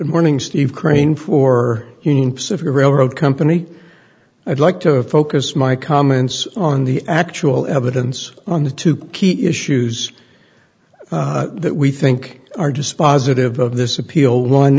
morning steve crane for union pacific railroad company i'd like to focus my comments on the actual evidence on the two key issues that we think are dispositive of this appeal one